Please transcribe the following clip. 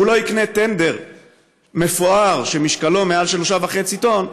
אם הוא לא יקנה טנדר מפואר שמשקלו מעל 3.5 טון,